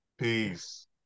Peace